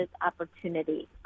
opportunity